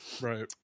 Right